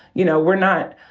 you know. we're not,